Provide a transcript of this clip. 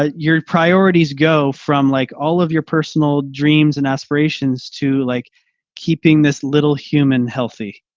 ah your priorities go from like all of your personal dreams and aspirations to like keeping this little human healthy.